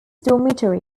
dormitory